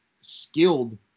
skilled